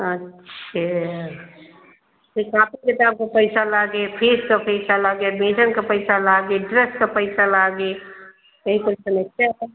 अच्छा किताबे किताब का पैसा लागे फीस को पैसा लागे एड्मिसन का पैसा लागे ड्रेस का पैसा लागे यही सब समस्या है